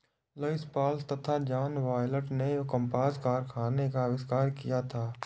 Lewis Paul तथा John Wyatt ने कपास कारखाने का आविष्कार किया था